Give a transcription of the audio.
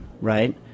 right